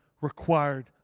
required